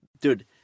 dude